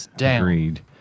Agreed